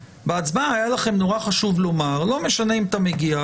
בהצבעה היה לכם נורא חשוב לומר: לא משנה אם אתה מגיע,